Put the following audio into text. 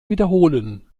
wiederholen